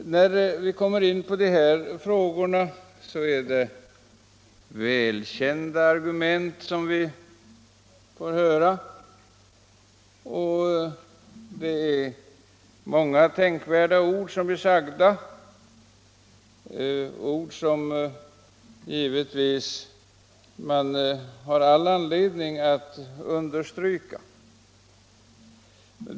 När vi kommer in på de här frågorna är det välkända argument vi får höra och det är många tänkvärda ord som blir sagda — ord som man givetvis har all anledning att understryka.